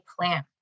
plan